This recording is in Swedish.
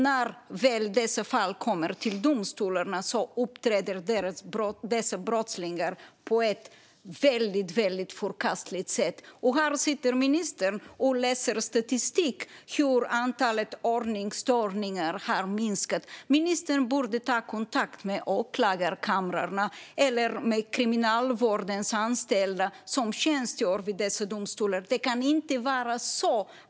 När dessa fall väl kommer till domstolarna uppträder dessa brottslingar på ett väldigt förkastligt sätt. Här står ministern och läser statistik gällande hur antalet ordningsstörningar har minskat. Ministern borde ta kontakt med åklagarkamrarna eller med Kriminalvårdens anställda som tjänstgör vid dessa domstolar.